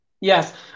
yes